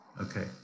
Okay